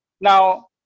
now